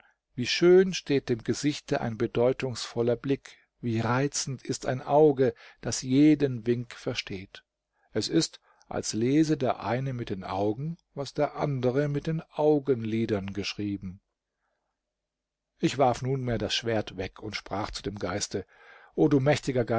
wie schön steht dem gesichte ein bedeutungsvoller blick wie reizend ist ein auge das jeden wink versteht es ist als lese der eine mit den augen was der andere mit den augenlidern geschrieben ich warf nunmehr das schwert weg und sprach zu dem geiste o du mächtiger